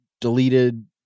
deleted